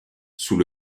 sous